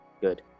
Good